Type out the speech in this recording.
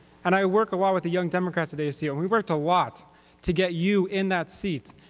and i work a lot with the young democrats at asu, and we worked a lot to get you in that seat,